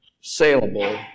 saleable